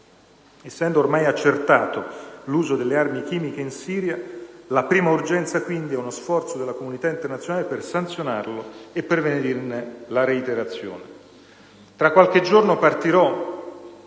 essendo ormai accertato l'uso delle armi chimiche in Siria, la prima urgenza è uno sforzo della comunità internazionale per sanzionarlo e prevenirne la reiterazione.